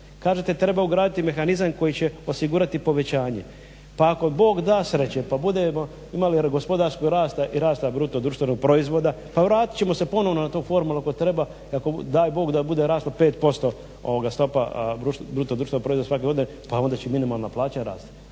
Kažete treba ugraditi mehanizam koji će osigurati povećanje. Pa ako Bog da sreće pa budemo imali gospodarskog rasta i rasta bruto društvenog proizvoda, pa vratit ćemo se ponovno na tu formulu ako treba, daj Bog da bude rast od 5% stopa bruto društvenog proizvoda svake godine pa onda će i minimalna plaća rasti.